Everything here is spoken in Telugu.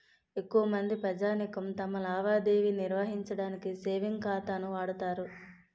ఎక్కువమంది ప్రజానీకం తమ లావాదేవీ నిర్వహించడానికి సేవింగ్ ఖాతాను వాడుతారు